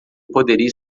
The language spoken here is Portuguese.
poderia